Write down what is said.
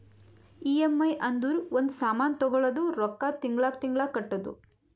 EMI ಅಂದುರ್ ಒಂದ್ ಸಾಮಾನ್ ತಗೊಳದು ರೊಕ್ಕಾ ತಿಂಗಳಾ ತಿಂಗಳಾ ಕಟ್ಟದು